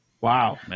Wow